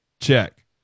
check